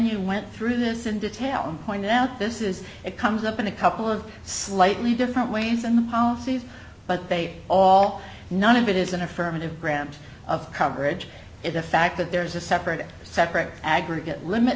you went through this in detail pointed out this is it comes up in a couple of slightly different ways and one sees but they all none of it is an affirmative grams of coverage is the fact that there's a separate separate aggregate limit